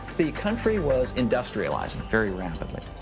the country was industrializing very rapidly.